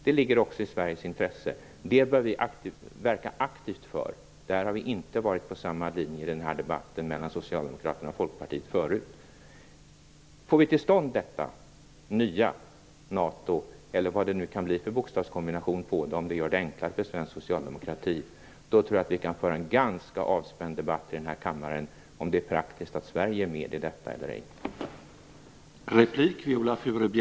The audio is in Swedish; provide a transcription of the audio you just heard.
Där har vi inte varit inne på samma linje i den här debatten mellan Socialdemokraterna och Folkpartiet förut. Får vi till stånd detta - det nya NATO, eller vad det nu kan bli för bokstavskombination på det, om det gör det enklare för svensk socialdemokrati - tror jag att vi kan föra en ganska avspänd debatt i den här kammaren om huruvida det är praktiskt att Sverige är med i detta eller ej.